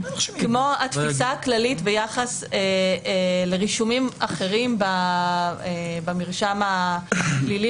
כמו התפיסה הכללית ביחס לרישומים אחרים במרשם הפלילי